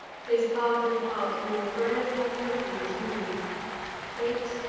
his harden'd heart nor pray'rs nor threat'nings move fate,